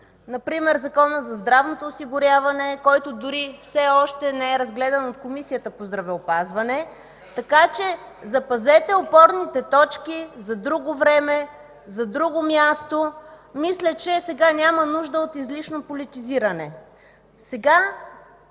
например Закона за здравното осигуряване, който дори все още не е разгледан в Комисията по здравеопазване, така че запазете опорните точки за друго време и за друго място. Мисля, че сега няма нужда от излишно политизиране.